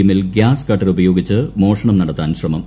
എമ്മി ൽ gas cutter ഉപയോഗിച്ച് മോഷണം നടത്താൻ ശ്രമം